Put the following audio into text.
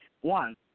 one